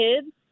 kids